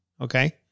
Okay